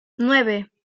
nueve